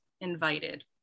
invited